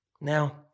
Now